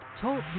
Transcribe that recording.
Talk